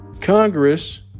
Congress